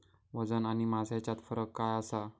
वजन आणि मास हेच्यात फरक काय आसा?